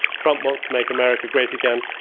trump wants to make america great again.